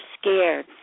scared